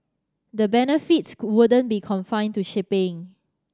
the benefits wouldn't be confined to shipping